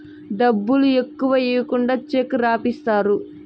డబ్బులు ఎక్కువ ఈకుండా చెక్ రాసిత్తారు